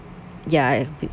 ya